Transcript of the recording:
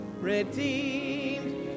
Redeemed